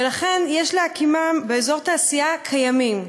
ולכן יש להקימם באזורי תעשייה קיימים.